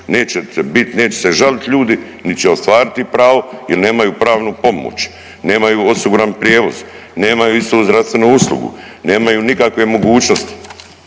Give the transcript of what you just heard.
neće se žaliti ljudi niti će ostvariti pravo jer nemaju pravnu pomoć, nemaju osiguran prijevoz, nemaju istu zdravstvenu uslugu, nemaju nikakve mogućnosti,